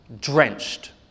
drenched